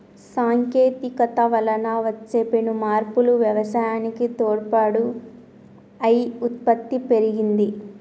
సాంకేతికత వలన వచ్చే పెను మార్పులు వ్యవసాయానికి తోడ్పాటు అయి ఉత్పత్తి పెరిగింది